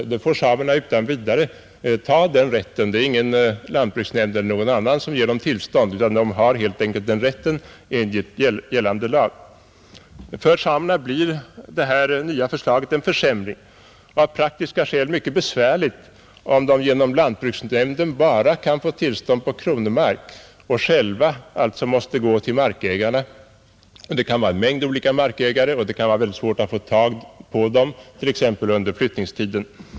Den rätten får samerna utan vidare ta — det är ingen lantbruksnämnd eller någon annan som ger dem tillstånd, utan de har helt enkelt den rätten enligt gällande lag. För samerna blir ju detta nya förslag en försämring och av praktiska skäl mycket besvärligt om de genom lantbruksnämnden bara kan få tillstånd på kronomark och själva alltså måste gå till markägarna. Antalet markägare kan vara mycket stort, och då blir det svårt att få tag på dem alla, t.ex. under samernas flyttningstider.